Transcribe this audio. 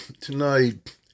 tonight